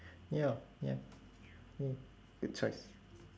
ya ya !yay! good choice